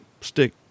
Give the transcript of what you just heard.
stick